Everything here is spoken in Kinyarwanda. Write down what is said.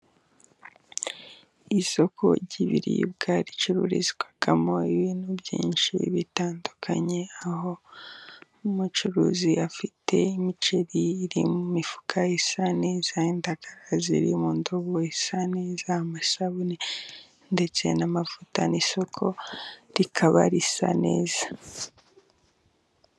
Isoko ry'ibiribwa ricururizwamo ibintu byinshi bitandukanye, aho umucuruzi afite imiceri iri mu mifuka isa neza, indagara ziri mu ndobo isa neza, amasabune ndetse n'amavuta, n'isoko rikaba risa neza.